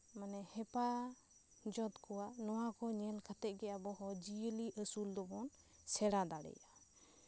ᱢᱟᱱᱮ ᱦᱮᱯᱟ ᱡᱚᱛ ᱠᱚᱣᱟ ᱱᱚᱣᱟ ᱠᱚ ᱧᱮᱞ ᱠᱟᱛᱮᱜ ᱜᱮ ᱟᱵᱚ ᱦᱚᱸ ᱡᱤᱭᱟᱹᱞᱤ ᱟᱹᱥᱩᱞ ᱫᱚᱵᱚᱱ ᱥᱮᱬᱟ ᱫᱟᱲᱮᱭᱟᱜᱼᱟ